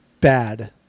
bad